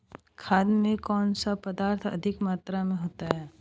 खाद में कौन सा पदार्थ अधिक मात्रा में होता है?